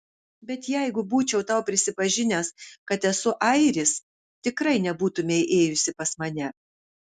bet jeigu būčiau tau prisipažinęs kad esu airis tikrai nebūtumei ėjusi pas mane